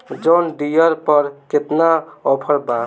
John Deere पर केतना offer बा?